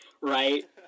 right